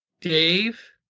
Dave